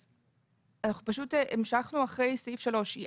אנחנו פשוט המשכנו אחרי סעיף 3,